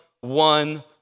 one